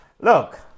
look